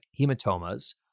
hematomas